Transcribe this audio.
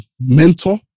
mentor